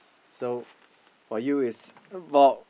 so for you is about